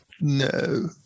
No